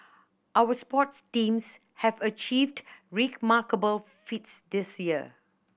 our sports teams have achieved remarkable feats this year